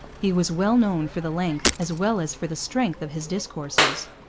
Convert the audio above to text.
he was well known for the length, as well as for the strength, of his discourses.